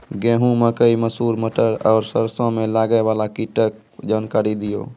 गेहूँ, मकई, मसूर, मटर आर सरसों मे लागै वाला कीटक जानकरी दियो?